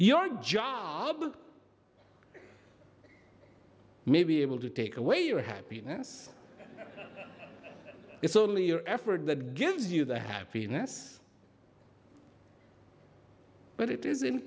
your job may be able to take away your happiness it's only your effort that gives you that happiness but it is